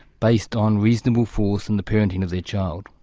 based on reasonable force in the parenting of their child.